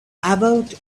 about